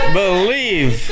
believe